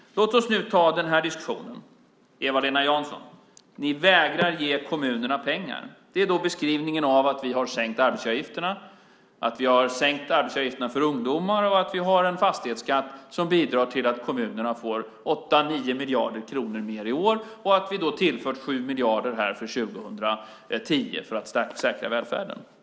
Låt oss nu ta den här diskussionen. Eva-Lena Jansson säger: Ni vägrar att ge kommunerna pengar. Det är beskrivningen av att vi har sänkt arbetsgivaravgifterna, att vi har sänkt arbetsgivaravgifterna för ungdomar, att vi har en fastighetsskatt som bidrar till att kommunerna får 8-9 miljarder kronor mer i år och att vi har tillfört 7 miljarder för 2010 för att säkra välfärden.